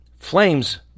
Flames